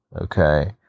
Okay